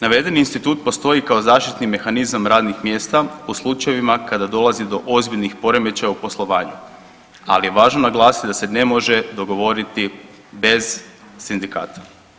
Navedeni institut postoji kao zaštitni mehanizam radnih mjesta u slučajevima kada dolazi do ozbiljnih poremećaja u poslovanju, ali je važno naglasiti da se ne može dogovoriti bez sindikata.